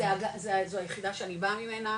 זו היחידה שאני באה ממנה,